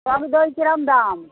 টক দই কিরম দাম